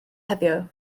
heddiw